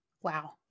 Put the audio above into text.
Wow